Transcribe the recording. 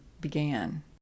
began